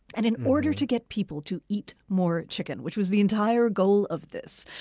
and in order to get people to eat more chicken which was the entire goal of this,